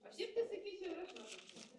o šiaip pasakyčiau ir aš mažasiai